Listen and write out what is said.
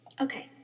Okay